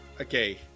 okay